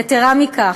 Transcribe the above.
יתרה מכך,